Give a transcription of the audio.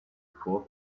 four